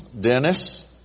Dennis